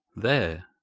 there,